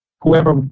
Whoever